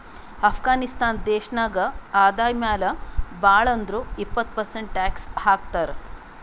ಅಫ್ಘಾನಿಸ್ತಾನ್ ದೇಶ ನಾಗ್ ಆದಾಯ ಮ್ಯಾಲ ಭಾಳ್ ಅಂದುರ್ ಇಪ್ಪತ್ ಪರ್ಸೆಂಟ್ ಟ್ಯಾಕ್ಸ್ ಹಾಕ್ತರ್